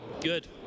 Good